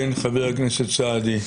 כן, חבר הכנסת סעדי.